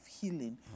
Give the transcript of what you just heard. healing